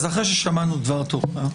אחרי ששמענו דבר תורה,